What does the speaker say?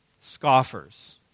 scoffers